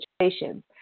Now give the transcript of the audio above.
situations